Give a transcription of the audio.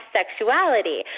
Sexuality